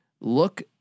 Look